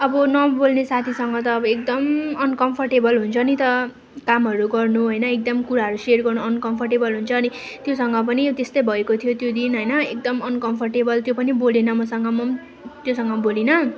अब नबोल्ने साथीसँग त एकदम अनकम्फर्टेबल हुन्छ नि त कामहरू गर्नु होइन एकदम कुराहरू सेयर गर्नु अनकम्फर्टेबल हुन्छ अनि त्योसँग पनि त्यस्तै भएकोथियो त्यो दिन होइन अनकमफर्टेबल त्यो पनि बोलेन मसँग म पनि त्योसँग बोलिनँ